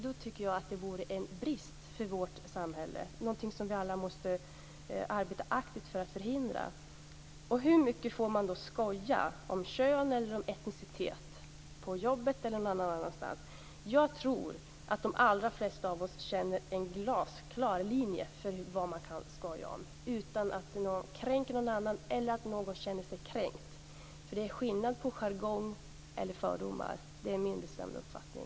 Det vore en brist för vårt samhälle. Det är någonting som vi alla måste arbeta aktivt för att förhindra. Hur mycket får man skoja om kön eller etnicitet på jobbet eller någon annanstans? Jag tror att de allra flesta av oss känner en glasklar linje för vad man kan skoja om utan att det kränker någon annan eller att någon känner sig kränkt. Det är skillnad på jargong och fördomar. Det är min bestämda uppfattning.